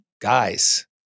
Guys